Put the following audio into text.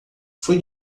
foi